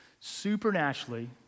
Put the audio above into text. Supernaturally